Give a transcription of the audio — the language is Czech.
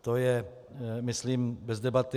To je myslím bez debaty.